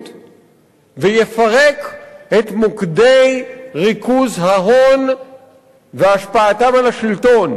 ויפרק את מוקדי ריכוז ההון והשפעתם על השלטון